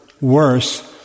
worse